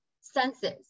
senses